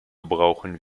brauchen